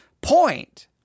point